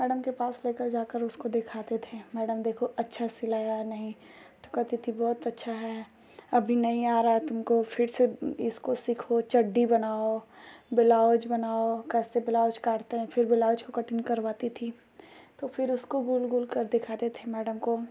madam के पास लेकर जाकर उसको देखाते थे मैडम देखो अच्छा सिला या नही तो कहती थी बहुत अच्छा है अभी नही आ रहा तुमको फिर से इसको सीखो चड्ढी बनाओ बेलाउज बनाओ कैसे बेलाउज काटते हैं फिर बेलाउज को कटिंग करवाती थी तो फिर उसको गुल गुल कर दिखाते थे मैडम को